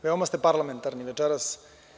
Veoma ste parlamentarni večeras.